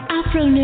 Afro